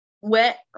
wet